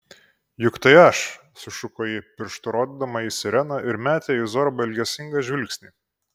juk tai aš sušuko ji pirštu rodydama į sireną ir metė į zorbą ilgesingą žvilgsnį